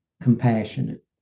compassionate